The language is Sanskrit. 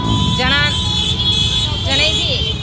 जनान् जनैः